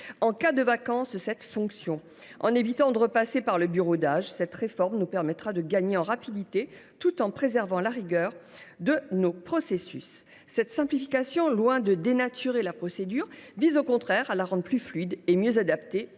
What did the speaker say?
en cas de vacance de cette fonction. En évitant de repasser par le bureau d’âge, cette réforme nous permettra de gagner en rapidité, tout en préservant la rigueur de nos processus. Cette simplification, loin de dénaturer la procédure, vise au contraire à la rendre plus fluide et mieux adaptée